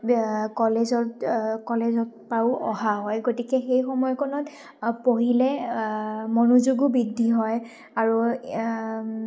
কলেজত কলেজৰপৰাও অহা হয় গতিকে সেই সময়কণত পঢ়িলে মনোযোগো বৃদ্ধি হয় আৰু